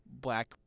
Black